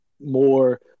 more